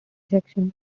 section